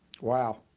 Wow